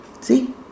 See